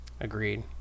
agreed